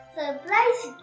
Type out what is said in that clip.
surprise